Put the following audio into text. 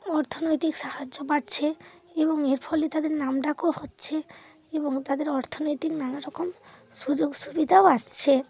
অর্থনৈতিক সাহায্য পাচ্ছে এবং এর ফলে তাদের নাম ডাকও হচ্ছে এবং তাদের অর্থনৈতিক নানা রকম সুযোগ সুবিধাও আসছে